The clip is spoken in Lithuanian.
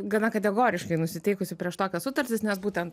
gana kategoriškai nusiteikusi prieš tokias sutartis nes būtent